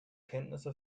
kenntnisse